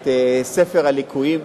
את ספר הליקויים.